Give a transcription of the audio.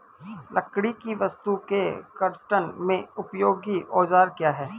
लकड़ी की वस्तु के कर्तन में उपयोगी औजार क्या हैं?